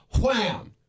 wham